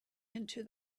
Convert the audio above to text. into